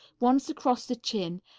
once across the chin,